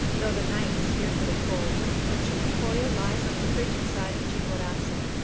though the night was fearfully cold, for chuquipoyo lies on the frigid side of chimborazo,